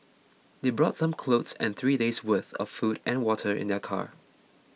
they brought some clothes and three days' worth of food and water in their car